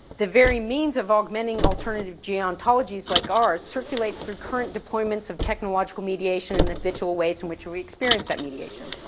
the very means of augmenting alternative gerontologist like ours circulates through current deployments of technological mediation and the habitual ways in which we experience that mediation.